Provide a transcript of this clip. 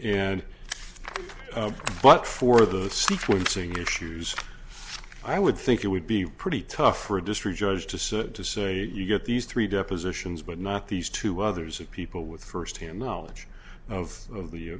and but for the sequencing issues i would think it would be pretty tough for a district judge to sit to say you get these three depositions but not these two others of people with firsthand knowledge of the of the